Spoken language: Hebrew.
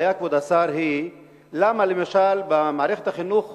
כבוד השר, היא למה למשל במערכת החינוך